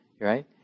right